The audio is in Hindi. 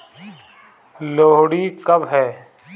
लोहड़ी कब है?